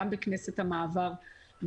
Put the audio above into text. גם בכנסת המעבר,